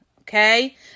okay